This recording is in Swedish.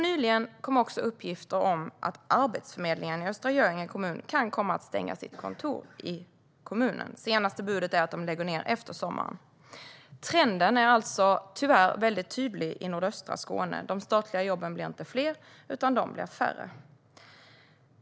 Nyligen kom också uppgifter om att Arbetsförmedlingen i Östra Göinge kommun kan komma att stänga sitt kontor i kommunen. Senaste budet är att de lägger ned efter sommaren. Trenden är tyvärr tydlig i nordöstra Skåne, nämligen att de statliga jobben inte blir fler utan färre.